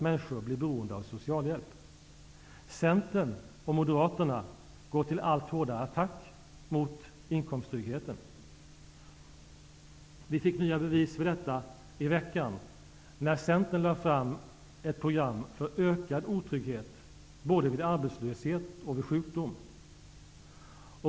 Därför måste villkoren även för de företag som arbetar på den svenska marknaden förbättras. Detta vägrade regeringen inse när den lade fram kompletteringspropositionen.